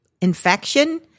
infection